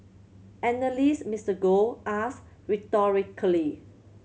analyst Mister Gold asked rhetorically